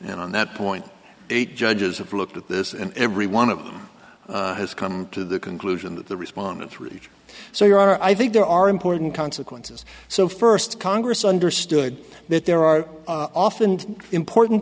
and on that point eight judges have looked at this and every one of has come to the conclusion that the respondent three so you are i think there are important consequences so first congress understood that there are often important